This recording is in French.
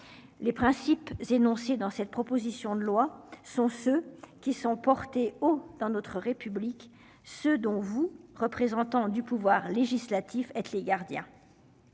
Les principes énoncés dans cette proposition de loi sont ceux qui sont portées au dans notre République. Ce dont vous représentant du pouvoir législatif, être les gardiens.